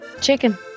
Chicken